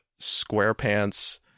SquarePants